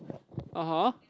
(uh huh)